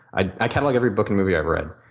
i i catalog every book and movie i've read.